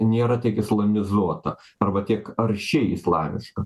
nėra tiek islamizuota arba tiek aršiai islamiška